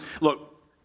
look